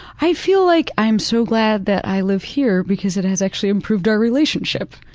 i feel like i'm so glad that i live here because it has actually improved our relationship.